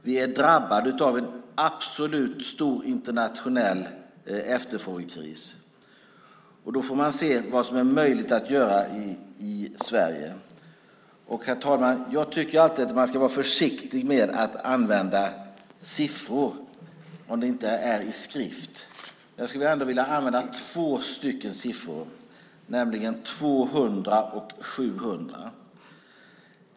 Vi är drabbade av en mycket stor internationell efterfrågekris. Då får man se vad som är möjligt att göra i Sverige. Herr talman! Jag tycker alltid att man ska vara försiktig med att använda siffror om det inte är i skrift. Jag skulle ändå vilja använda två siffror, nämligen 200 och 700.